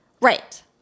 right